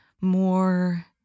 more